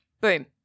Boom